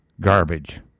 garbage